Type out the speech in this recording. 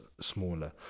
smaller